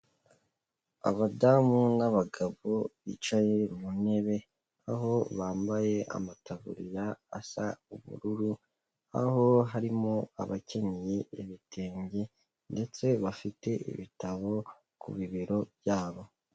Abadamu n'abagabo bicaye ku ntebe aho bambaye amataburiya asa ubururu, aho harimo abakenyeye ibitenge ndetse bafite ibitabo ku bibero byabo.